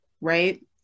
Right